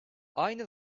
aynı